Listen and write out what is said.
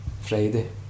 Friday